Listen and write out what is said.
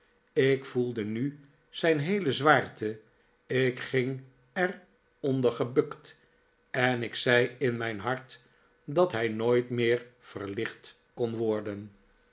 ik voelde nu zijn heele zwaarte ik ging eronder gebukt en ik zei in mijn hart dat hij nooit meer verlicht kon worden